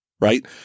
right